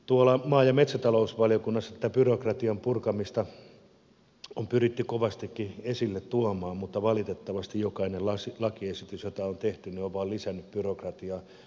tuolla maa ja metsätalousvaliokunnassa tätä byrokratian purkamista on pyritty kovastikin esille tuomaan mutta valitettavasti jokainen lakiesitys jota on tehty on vain lisännyt byrokratiaa